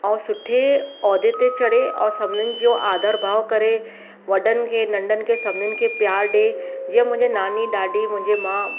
ऐं सुठे उहिदे ते चड़े ऐं सभिनीनि जो आदर भाव करे वॾनि खे नंॾनि खे सभिनीनि खे प्यार ॾे जीअं मुंहिंजी नानी ॾाॾी मुंहिंजे माउ